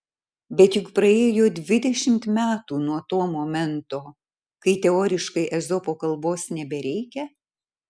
bet juk praėjo dvidešimt metų nuo to momento kai teoriškai ezopo kalbos nebereikia